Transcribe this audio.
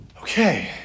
okay